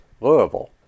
Louisville